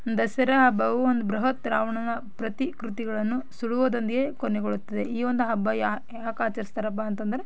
ದಸರಾ ಹಬ್ಬವು ಒಂದು ಬೃಹತ್ ರಾವಣನ ಪ್ರತಿಕೃತಿಗಳನ್ನು ಸುಡುವುದೊಂದಿಗೆ ಕೊನೆಗೊಳ್ಳುತ್ತದೆ ಈ ಒಂದು ಹಬ್ಬ ಯಾಕೆ ಆಚರಿಸ್ತಾರೆಪ್ಪಾ ಅಂತೆಂದರೆ